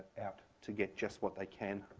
out to get just what they can.